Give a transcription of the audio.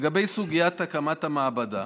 לגבי סוגיית הקמת המעבדה,